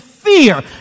fear